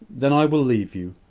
then i will leave you.